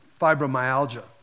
fibromyalgia